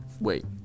wait